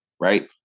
right